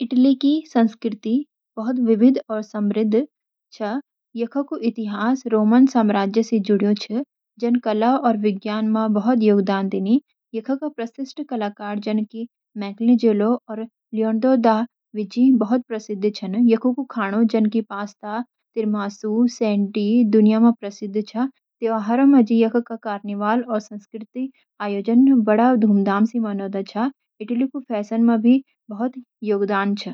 इटली की संस्कृति बहुत विविध और समृद्ध छायख कू एतिहास रोमन साम्राज्य सी जुड्यु छ, जेन कला और विज्ञान मा भूत योगदान दीनी। यख प्रशीष कलाकर जन कि मैकलेंजेलो और लियोनार्दो दा विंची भूत प्रशिध छन। यख कू खानु जान की पास्ता, तिरामुसु, सेड्डी दुनिया मा प्रसीद छा। त्योहारु माजी यख का कार्निवाल और संस्कृति आयोज्ज न बड़ा धुमधाम सी मनोदा छा। इटली कू फेशान भी सेडा देस मा बहुत प्रसीद छा।